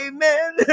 Amen